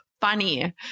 funny